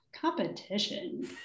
competition